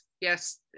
yes